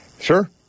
Sure